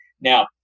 Now